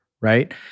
right